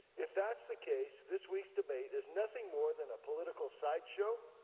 if that's the case, this week's debate is nothing more than a political sideshow,